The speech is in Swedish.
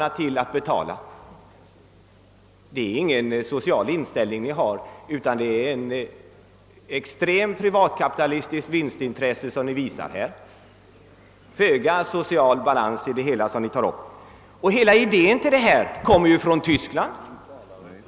Ni visar inte någon social inställning till frågorna, utan ni talar för ett extremt privatkapitalistiskt vinstintresse och det finns ingen social balans i det som ni föreslår. Hela tanken bakom Volks-förslaget är tysk.